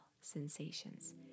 sensations